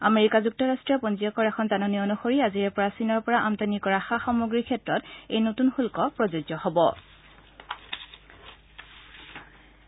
আমেৰিকাৰ যুক্তৰাট্টীয় পঞ্জীয়কৰ এখন জাননী অনুসৰি আজিৰে পৰা চীনৰ পৰা আমদানি কৰা সা সামগ্ৰীৰ ক্ষেত্ৰত এই নতুন শুল্ক প্ৰযোজ্য হ'ব